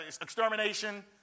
extermination